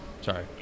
sorry